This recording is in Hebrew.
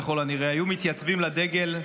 ככל הנראה היו מתייצבים לדגל,